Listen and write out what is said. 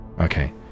okay